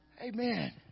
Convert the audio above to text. Amen